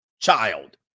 child